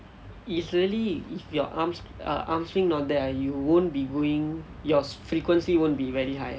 usually if your arms err arm swings not there you won't be going your frequency won't be very high